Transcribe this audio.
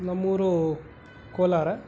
ನಮ್ಮ ಊರು ಕೋಲಾರ